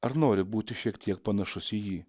ar nori būti šiek tiek panašus į jį